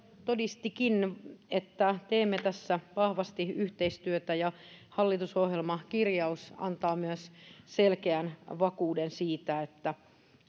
todistikin että teemme tässä vahvasti yhteistyötä ja hallitusohjelmakirjaus antaa myös selkeän vakuuden siitä että